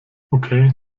okay